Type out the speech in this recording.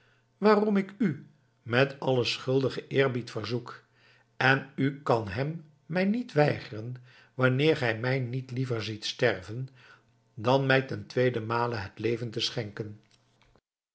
waarom ik u met allen schuldigen eerbied verzoek en u kan hem mij niet weigeren wanneer ge mij niet liever ziet sterven dan mij ten tweeden male het leven te schenken